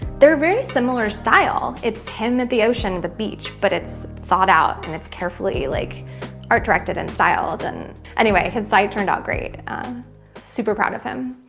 they're a very similar style, it's him at the ocean, the beach, but it's thought out and it's carefully like art directed and styled, and, anyway, his site turned out great. i'm super proud of him.